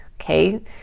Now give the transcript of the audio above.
okay